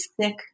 thick